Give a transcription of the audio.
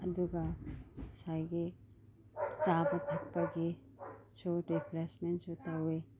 ꯑꯗꯨꯒ ꯉꯁꯥꯏ ꯆꯥꯕ ꯊꯛꯄꯒꯤꯁꯨ ꯔꯤꯐ꯭ꯔꯦꯁꯃꯦꯟꯁꯨ ꯇꯧꯏ